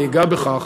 אני אגע בכך,